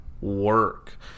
work